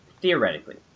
Theoretically